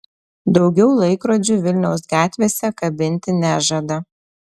daugiau laikrodžių vilniaus gatvėse kabinti nežada